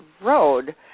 road